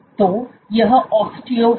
तो यह ओस्टियो है